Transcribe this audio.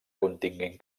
continguin